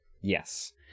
Yes